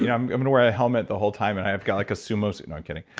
you know i'm going to wear a helmet the whole time. and i've got like a sumo's, i'm kidding.